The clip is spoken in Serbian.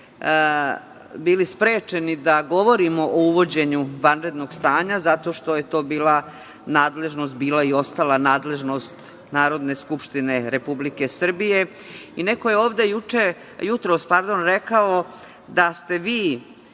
bili sprečeni da govorimo o uvođenju vanrednog stanja, zato što je to bila i ostala nadležnost Narodne skupštine Republike Srbije. Neko je ovde jutros rekao da ste vi